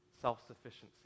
self-sufficiency